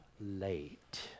late